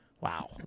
Wow